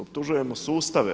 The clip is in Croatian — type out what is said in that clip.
Optužujemo sustave.